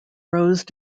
rose